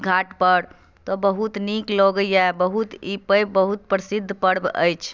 घाटपर तऽ बहुत नीक लगैए बहुत ई पैघ बहुत प्रसिद्ध पर्व अछि